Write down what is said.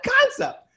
concept